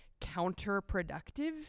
counterproductive